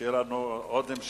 ושתהיה לנו עונת